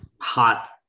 hot